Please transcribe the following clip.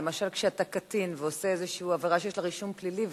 למשל כשאתה קטין ועושה איזו עבירה שיש לה רישום פלילי,